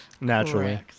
Naturally